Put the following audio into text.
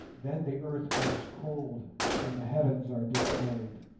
then the earth grows cold and the heavens are dismayed